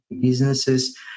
businesses